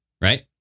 Right